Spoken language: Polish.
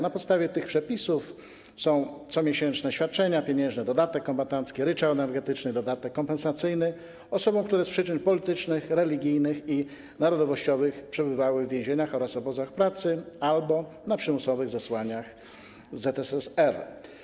Na podstawie tych przepisów są wypłacane comiesięczne świadczenia pieniężne: dodatek kombatancki, ryczałt energetyczny, dodatek kompensacyjny, osobom, które z przyczyn politycznych, religijnych i narodowościowych przebywały w więzieniach oraz obozach pracy albo na przymusowych zesłaniach w ZSRR.